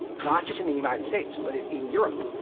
not just in the united states but in in europe,